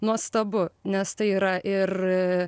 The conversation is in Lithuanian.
nuostabu nes tai yra ir